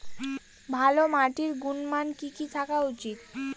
ভালো মাটির গুণমান কি কি থাকা উচিৎ?